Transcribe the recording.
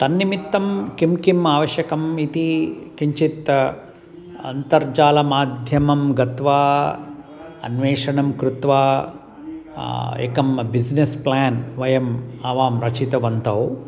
तन्निमित्तं किं किम् आवश्यकम् इति किञ्चित् अन्तर्जालमाध्यमं गत्वा अन्वेषणं कृत्वा एकं बिस्नेस् प्लान् वयम् आवां रचितवन्तौ